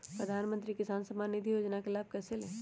प्रधानमंत्री किसान समान निधि योजना का लाभ कैसे ले?